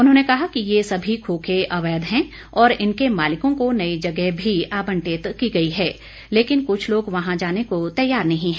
उन्होंने कहा कि ये सभी खोखे अवैध हैं और इनके मालिकों को नई जगह भी आवंटित की गई है लेकिन कुछ लोग वहां जाने को तैयार नहीं है